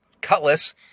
cutlass